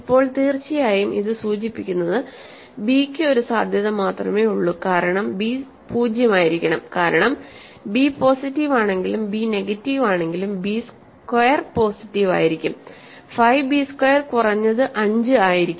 ഇപ്പോൾ തീർച്ചയായും ഇത് സൂചിപ്പിക്കുന്നത് b ക്ക് ഒരു സാധ്യത മാത്രമേ ഉള്ളൂ കാരണം b 0 ആയിരിക്കണം കാരണം b പോസിറ്റീവ് ആണെങ്കിലും ബി നെഗറ്റീവ് ആണെങ്കിലും ബി സ്ക്വയർ പോസിറ്റീവ് ആയിരിക്കും 5 ബി സ്ക്വയർ കുറഞ്ഞത് 5 ആയിരിക്കും